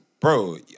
Bro